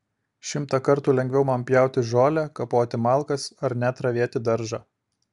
šimtą kartų lengviau man pjauti žolę kapoti malkas ar net ravėti daržą